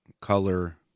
color